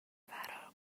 فرار